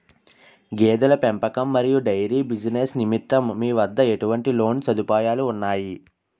గేదెల పెంపకం మరియు డైరీ బిజినెస్ నిమిత్తం మీ వద్ద ఎటువంటి లోన్ సదుపాయాలు ఉన్నాయి?